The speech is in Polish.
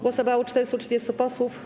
Głosowało 430 posłów.